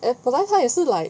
eh 本来她也是 like